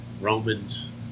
Romans